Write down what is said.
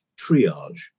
triage